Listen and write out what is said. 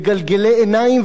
מגלגלי עיניים,